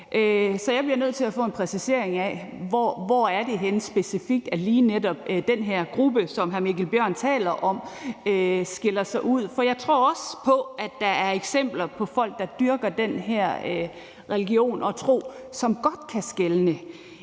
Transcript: Så jeg bliver nødt til at få en præcisering af, hvor det specifikt er henne, at lige netop den her gruppe, som hr. Mikkel Bjørn taler om, skiller sig ud. For jeg tror også på, at der er eksempler på folk, der dyrker den her religion og tro, som godt kan skelne.